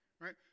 Right